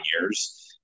years